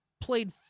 played